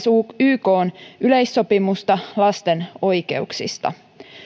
ykn yleissopimusta lasten oikeuksista